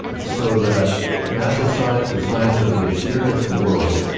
so that natural science, the science of the experienced world,